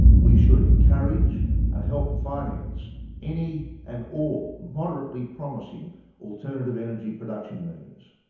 we should encourage and help finance any and all moderately promising alternative energy production means.